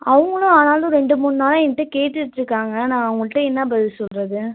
அவங்களும் ஆனாலும் ரெண்டு மூணு நாளாக என்கிட்ட கேட்டுட்ருக்காங்கள் நான் அவங்ககிட்ட என்ன பதில் சொல்லுறது